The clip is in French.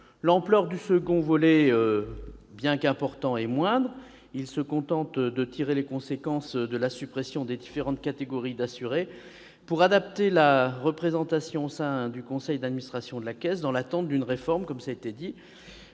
L'ampleur du second volet, bien qu'important, est moindre dans la mesure où il se contente de tirer les conséquences de la suppression des différentes catégories d'assurés pour adapter la représentation au sein du conseil d'administration de la Caisse, dans l'attente d'une réforme plus importante